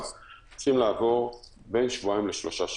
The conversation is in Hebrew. צריכים לעבור בין שבועיים לשלושה שבועות,